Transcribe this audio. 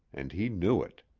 and he knew it.